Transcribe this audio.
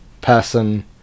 person